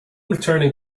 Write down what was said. returning